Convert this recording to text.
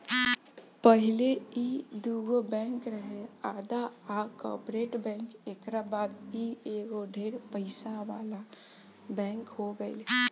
पहिले ई दुगो बैंक रहे आंध्रा आ कॉर्पोरेट बैंक एकरा बाद ई एगो ढेर पइसा वाला बैंक हो गईल